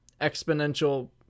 exponential